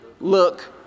look